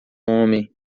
homem